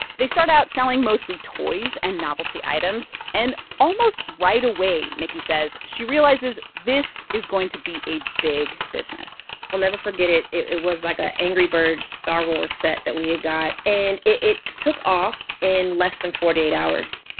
they start out selling mostly toys and novelty items. and almost right away, nikki says, she realizes this is going to be a big business business i'll never forget it. it it was like a angry birds star wars set that we had got. and it took off in less than forty eight hours.